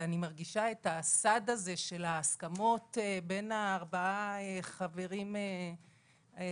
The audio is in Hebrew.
ואני מרגישה את הסד הזה של ההסכמות בין הארבעה חברים לאוצר,